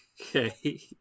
Okay